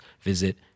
visit